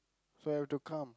so I have to come